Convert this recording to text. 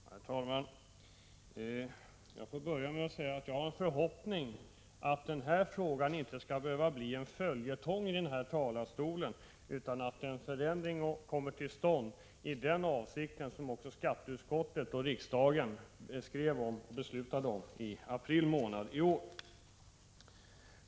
Herr talman! Jag får börja med att säga att jag hoppas att denna fråga inte skall behöva bli en följetong här i kammaren. Jag hoppas att en förändring kommer till stånd i enlighet med vad som avsågs i skatteutskottets uttalande och riksdagens beslut i april månad i år.